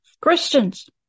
Christians